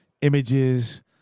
images